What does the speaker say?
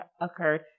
occurred